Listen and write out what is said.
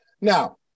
Now